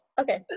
Okay